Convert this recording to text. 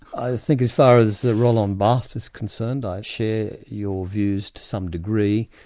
i think as far as roland barthe is concerned, i share your views to some degree,